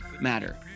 matter